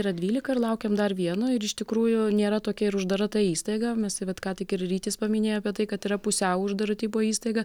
yra dvylika ir laukiam dar vieno ir iš tikrųjų nėra tokia ir uždara ta įstaiga mes vat ką tik ir rytis paminėjo apie tai kad yra pusiau uždaro tipo įstaiga